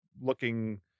looking